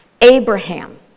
Abraham